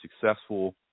successful